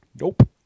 Nope